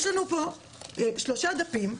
יש לנו פה 3 דפים.